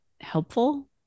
helpful